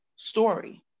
story